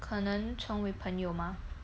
可能成为朋友 mah